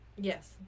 Yes